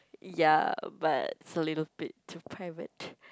ya but it's a little bit too private